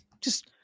Just-